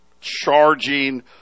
charging